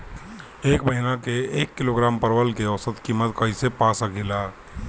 एक महिना के एक किलोग्राम परवल के औसत किमत कइसे पा सकिला?